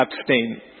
abstain